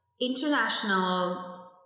international